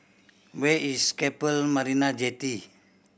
where is Keppel Marina Jetty